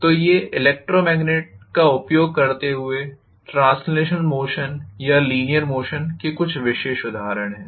तो ये इलेक्ट्रोमैग्नेट का उपयोग करते हुए ट्रांसलेशनल मोशन या लीनियर मोशन के विशिष्ट उदाहरण हैं